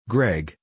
Greg